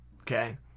okay